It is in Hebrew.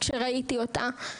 שראיתי אותה,